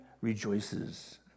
rejoices